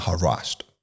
harassed